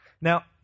Now